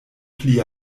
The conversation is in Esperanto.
pli